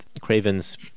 Craven's